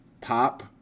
pop